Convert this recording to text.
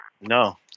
No